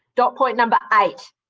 dot point number eight.